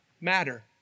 matter